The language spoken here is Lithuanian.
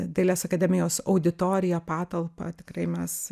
dailės akademijos auditoriją patalpą tikrai mes